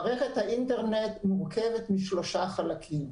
מערכת האינטרנט מורכבת משלושה חלקים